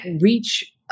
reach